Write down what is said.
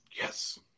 Yes